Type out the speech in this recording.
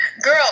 girl